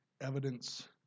evidence